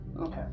Okay